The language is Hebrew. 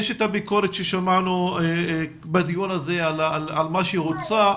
יש את הביקורת ששמענו בעניין הזה על מה שהוצע,